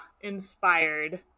inspired